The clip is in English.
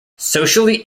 socially